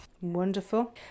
wonderful